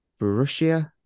Borussia